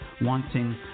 wanting